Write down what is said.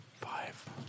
Five